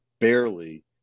barely